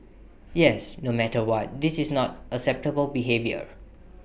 yes no matter what this is not acceptable behaviour